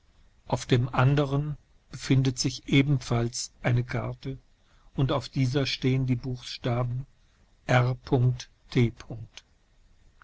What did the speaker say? aufdemdeckel des andern befindet sich ebenfalls eine karte und auf dieser stehen die buchstaben r